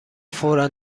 فورا